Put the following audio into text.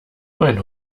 mein